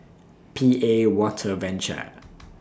P A Water Venture